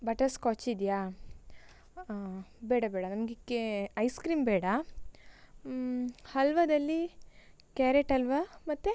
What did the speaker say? butterscotch ಇದೆಯಾ ಬೇಡ ಬೇಡ ನಮಗೆ ಕೆ ಐಸ್ ಕ್ರೀಮ್ ಬೇಡ ಹಲ್ವಾದಲ್ಲಿ ಕ್ಯಾರೆಟ್ ಹಲ್ವ ಮತ್ತು